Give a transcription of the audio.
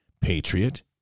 patriot